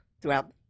throughout